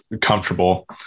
comfortable